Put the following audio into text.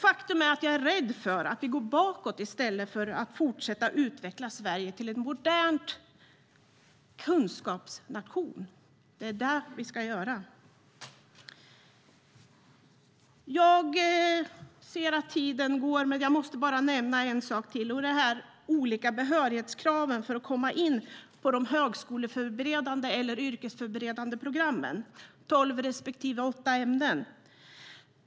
Faktum är att jag är rädd för att vi går bakåt i stället för att fortsätta att utveckla Sverige till en modern kunskapsnation. Det är det vi ska göra. Jag ser att tiden går, men jag måste bara nämna en sak till, och det är de olika behörighetskraven för att komma in på de högskole eller de yrkesförberedande programmen. Det handlar om tolv respektive åtta ämnen.